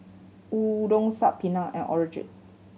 Udon Saag Paneer and Onigiri